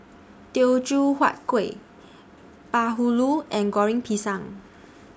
Teochew Huat Kuih Bahulu and Goreng Pisang